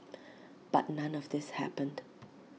but none of this happened